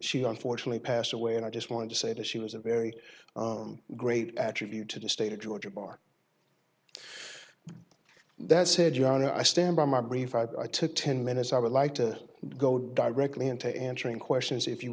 she unfortunately passed away and i just want to say that she was a very great attribute to the state of georgia bar that said your honor i stand by my brief i took ten minutes i would like to go directly into answering questions if you